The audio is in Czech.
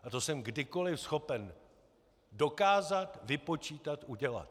A to jsem kdykoliv schopen dokázat, vypočítat, udělat.